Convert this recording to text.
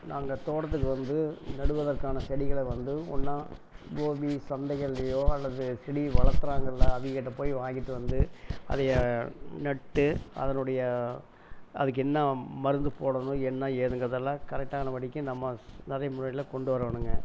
நாங்கள் தோட்டத்துக்கு வந்து நடுவதற்கான செடிகளை வந்து ஒன்னாக கோபி சந்தைகள்லேயோ அல்லது செடி வளக்கிறாங்கள்ல அவங்ககிட்ட போய் வாங்கிட்டு வந்து அதை நட்டு அதனுடைய அதுக்கு என்ன மருந்து போடணும் என்ன ஏதுங்கிறதல்லா கரெக்ட்டான படிக்கு நடைமுறையில் கொண்டு வரணும்ங்க